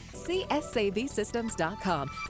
csavsystems.com